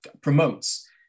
promotes